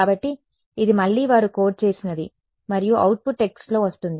కాబట్టి ఇది మళ్లీ వారు కోడ్ చేసినది మరియు అవుట్పుట్ టెక్స్ట్లో వస్తుంది